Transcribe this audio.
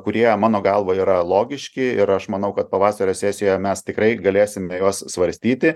kurie mano galva yra logiški ir aš manau kad pavasario sesijoje mes tikrai galėsime juos svarstyti